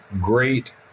great